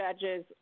judges